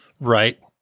Right